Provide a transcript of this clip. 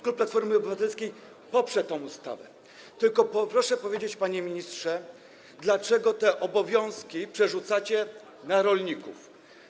Klub Platformy Obywatelskiej poprze tę ustawę, tylko proszę powiedzieć, panie ministrze, dlaczego te obowiązki przerzucacie na rolników.